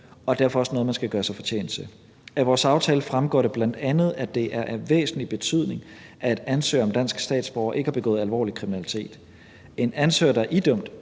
og derfor også noget, man skal gøre sig fortjent til. Af vores aftale fremgår det bl.a., at det er af væsentlig betydning, at ansøgere om dansk statsborgerskab ikke har begået alvorlig kriminalitet. En ansøger, der er idømt